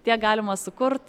tiek galima sukurt